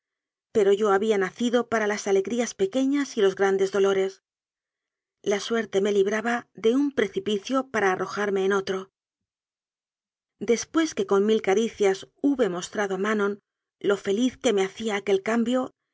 pero yo había nacido para las alegrías pequeñas y los gran des dolores la suerte me libraba de un precipicio para arrojarme en otro después que con mil ca ricias hube mostrado a manon lo feliz que me ha cía aquel cambio